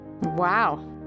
Wow